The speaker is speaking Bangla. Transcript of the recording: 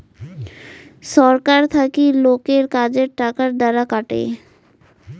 ছরকার থাকি লোকের কাজের টাকার দ্বারা কাটে